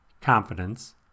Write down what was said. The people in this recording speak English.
Confidence